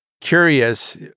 curious